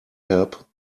help